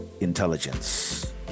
intelligence